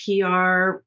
PR